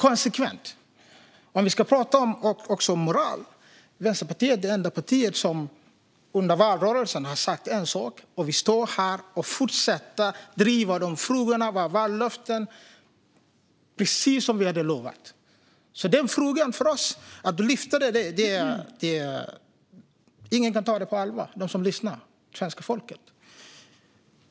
Om vi dessutom ska tala om moral är Vänsterpartiet det enda parti som under valrörelsen sa en sak och nu står här och fortsätter att driva de frågorna precis som vi lovat. Att denna fråga lyfts med oss kan ingen bland svenska folket som lyssnar ta på allvar.